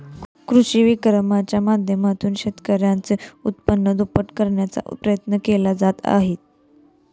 कृषी विक्रीच्या माध्यमातून शेतकऱ्यांचे उत्पन्न दुप्पट करण्याचा प्रयत्न केले जात आहेत